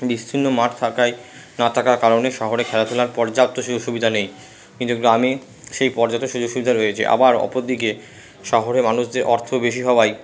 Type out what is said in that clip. বিস্তীর্ণ মাঠ থাকায় না থাকার কারণে শহরে খেলাধুলার পর্যাপ্ত সুযোগ সুবিদা নেই কিন্তু গ্রামে সেই পর্যাপ্ত সুযোগ সুবিধা রয়েছে আবার অপরদিকে শহরের মানুষদের অর্থ বেশি সবাই